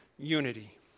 unity